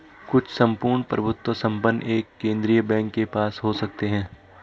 कुछ सम्पूर्ण प्रभुत्व संपन्न एक केंद्रीय बैंक के पास हो सकते हैं